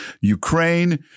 Ukraine